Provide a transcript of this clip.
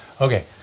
Okay